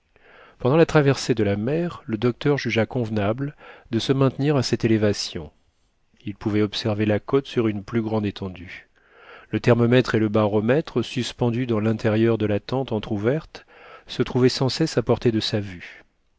pendant la traversée de la mer le docteur jugea convenable de se maintenir à cette élévation il pouvait observer la côte sur une plus grande étendue le thermomètre et le baromètre suspendus dans l'intérieur de la tente entr'ouverte se trouvaient sans cesse à portée de sa vue